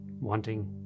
wanting